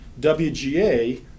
WGA